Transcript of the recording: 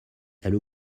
elle